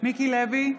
מיקי לוי,